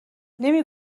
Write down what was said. نمی